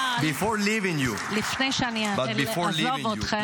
(מחיאות כפיים) אבל לפני שאעזוב אתכם,